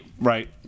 right